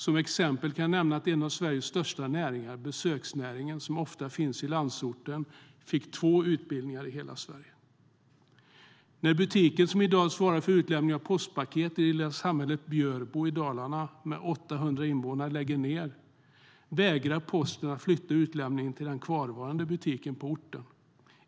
Som exempel kan jag nämna att en av Sveriges största näringar, besöksnäringen, som ofta finns i landsorten, fick två utbildningar i hela Sverige.När butiken som i dag svarar för utlämning av postpaket i det lilla samhället Björbo i Dalarna med 800 invånare lägger ned vägrar Posten att flytta utlämningen till den kvarvarande butiken på orten.